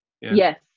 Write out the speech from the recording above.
Yes